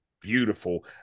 beautiful